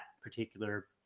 particular